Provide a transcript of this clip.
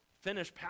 finish